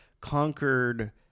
conquered